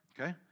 Okay